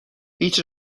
هیچ